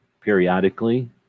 periodically